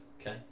Okay